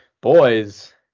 Boys